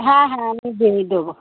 হ্যাঁ হ্যাঁ আমি দিয়ে দেবো